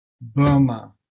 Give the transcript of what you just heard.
Burma